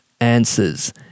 answers